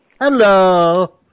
Hello